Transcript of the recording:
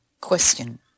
Question